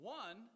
one